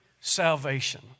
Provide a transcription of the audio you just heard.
salvation